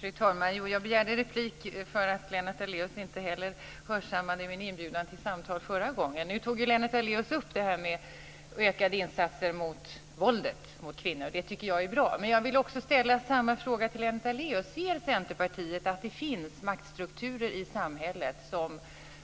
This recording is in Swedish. Fru talman! Jag begärde replik för att Lennart Daléus inte heller förra gången hörsammade min inbjudan till samtal. Nu tog Lennart Daléus upp frågan om ökade insatser mot våldet mot kvinnor, och det tycker jag är bra. Men jag vill också ställa samma fråga till Lennart Daléus: Ser Centerpartiet att det finns maktstrukturer i samhället som